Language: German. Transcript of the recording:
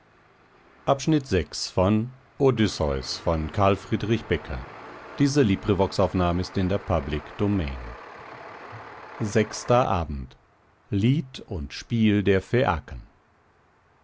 des palastes lied und spiel der